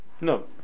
No